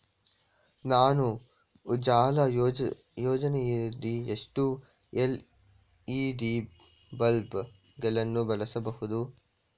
ನಾನು ಉಜಾಲ ಯೋಜನೆಯಡಿ ಎಷ್ಟು ಎಲ್.ಇ.ಡಿ ಬಲ್ಬ್ ಗಳನ್ನು ಬಳಸಬಹುದು?